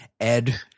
Ed